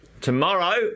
Tomorrow